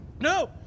No